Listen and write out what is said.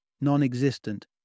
non-existent